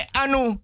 anu